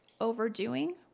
overdoing